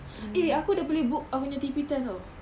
eh aku dah boleh book aku nya T_P test [tau]